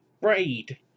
Braid